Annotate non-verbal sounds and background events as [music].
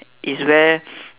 is where [noise]